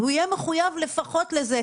והוא יהיה מחויב לפחות לזה.